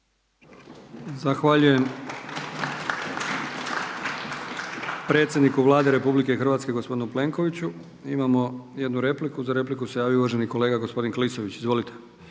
Zahvaljujem predsjedniku Vlade RH gospodinu Plenkoviću. Imamo jednu repliku. Za repliku se javio uvaženi kolega gospodin Klisović. Izvolite.